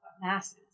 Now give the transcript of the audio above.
masses